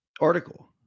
article